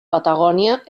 patagònia